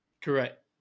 Correct